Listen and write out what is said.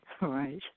Right